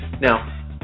Now